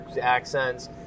accents